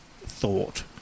thought